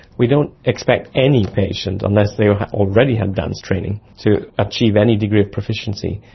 we don't expect any patient, unless they already have dance training, to achieve any degree of proficiency.